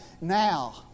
now